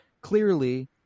clearly